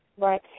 Right